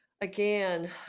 again